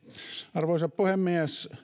arvoisa puhemies